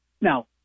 Now